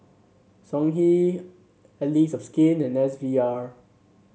Songhe Allies of Skin and S V R